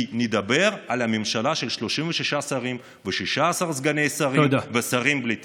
כי נדבר על הממשלה של 36 שרים ו-16 סגני שרים ושרים בלי תיק.